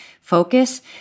focus